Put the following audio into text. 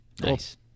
Nice